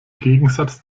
gegensatz